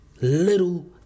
Little